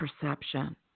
perception